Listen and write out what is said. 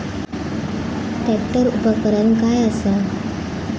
Tractor उपकरण काय असा?